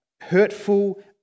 hurtful